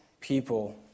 people